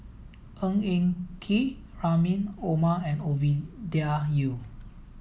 Ng Eng Kee Rahim Omar and Ovidia Yu